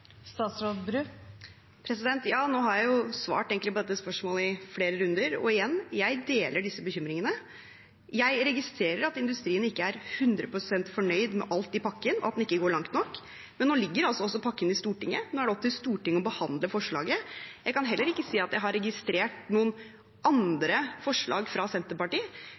Nå har jeg egentlig svart på dette spørsmålet i flere runder, men igjen: Jeg deler disse bekymringene. Jeg registrerer at industrien ikke er 100 pst. fornøyd med alt i pakken, at den ikke går langt nok, men nå ligger altså pakken i Stortinget, og det er opp til Stortinget å behandle forslaget. Jeg kan heller ikke si at jeg har registrert noen alternative forslag fra Senterpartiet.